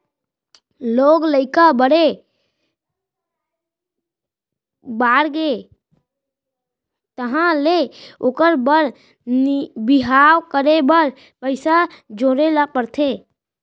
लोग लइका बड़े बाड़गे तहाँ ले ओखर बर बिहाव करे बर पइसा जोड़े ल परथे